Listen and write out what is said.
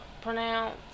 pronounce